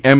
એમ